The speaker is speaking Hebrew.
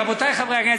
רבותי חברי הכנסת,